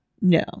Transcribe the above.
No